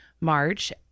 March